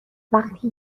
وقتی